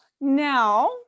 Now